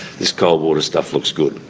this coal-water stuff looks good.